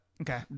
Okay